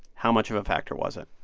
how much of a factor was it?